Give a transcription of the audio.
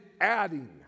adding